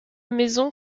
maison